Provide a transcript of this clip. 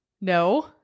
no